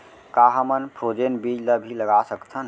का हमन फ्रोजेन बीज ला भी लगा सकथन?